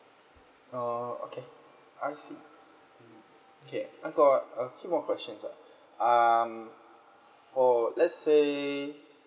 uh okay I see okay I got a few more questions uh for let's say